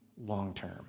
long-term